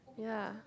yeah